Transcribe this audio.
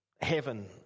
heaven